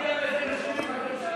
תגיד להם איזה מחיר אתה משלם,